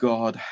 God